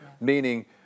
Meaning